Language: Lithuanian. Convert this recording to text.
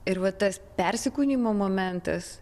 ir va tas persikūnijimo momentas